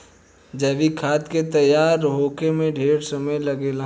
जैविक खाद के तैयार होखे में ढेरे समय लागेला